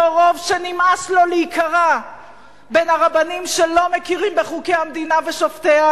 אותו רוב שנמאס לו להיקרע בין הרבנים שלא מכירים בחוקי המדינה ושופטיה